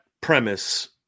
premise